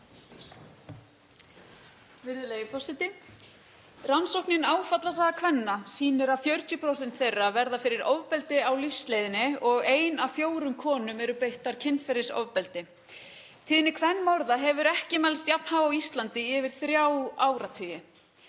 Rannsóknin Áfallasaga kvenna sýnir að 40% þeirra verða fyrir ofbeldi á lífsleiðinni og ein af fjórum konum er beitt kynferðisofbeldi. Tíðni kvenmorða hefur ekki mælst jafn há á Íslandi í yfir þrjá áratugi.